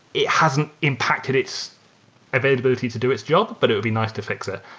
it hasn't impacted its availability to do its job, but it would be nice to fix it.